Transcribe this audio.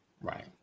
right